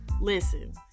listen